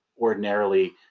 ordinarily